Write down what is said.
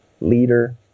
leader